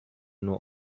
nur